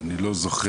אני לא זוכר